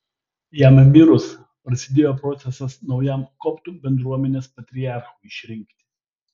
jam mirus prasidėjo procesas naujam koptų bendruomenės patriarchui išrinkti